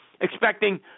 expecting